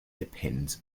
depends